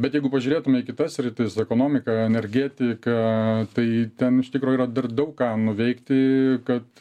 bet jeigu pažiūrėtume į kitas sritis ekonomiką energetiką tai ten iš tikro yra dar daug ką nuveikti kad